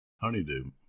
honeydew